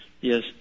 Yes